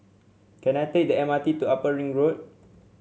can I take the M R T to Upper Ring Road